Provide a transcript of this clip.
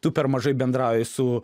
tu per mažai bendrauji su